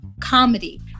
comedy